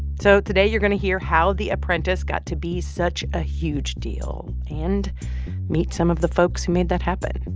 so today you're going to hear how the apprentice got to be such a huge deal and meet some of the folks who made that happen.